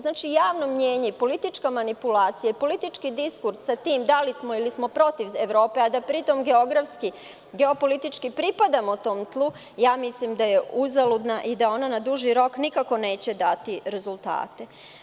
Znači, javno mnjenje, politička manipulacija, politički diskurs sa tim da li smo za ili protiv Evrope, a da pri tom geografski, geopolitički pripadamo tom tlu, mislim da je uzaludna i da ona na duži rok nikako neće dati rezultate.